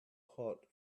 hot